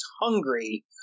hungry